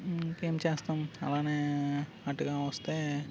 ఇంకేం చేస్తాము అలానే అటుగా వస్తే